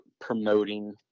promoting